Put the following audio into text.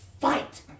fight